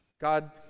God